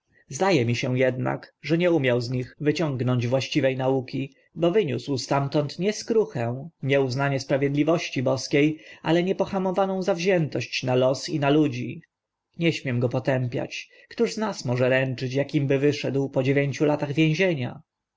e mi się ednak że nie umiał z nich wyciągnąć właściwe nauki bo wyniósł stamtąd nie skruchę nie uznanie sprawiedliwości boskie ale niepohamowaną zawziętość na los i na ludzi nie śmiem go potępiać któż z nas może ręczyć akim by wyszedł po dziewięciu latach więzienia